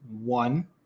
One